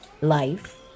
life